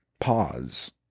pause